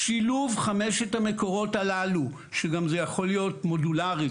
שילוב חמשת המקורות הללו שגם זה יכול להיות מודולרי,